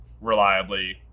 reliably